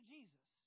Jesus